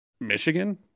Michigan